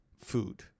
food